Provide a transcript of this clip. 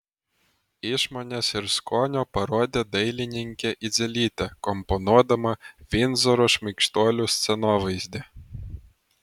išmonės ir skonio parodė dailininkė idzelytė komponuodama vindzoro šmaikštuolių scenovaizdį